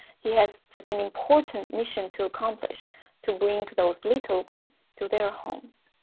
he has such an important mission to accomplish to bring those little ones to their homes.